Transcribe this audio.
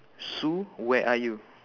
sue where are you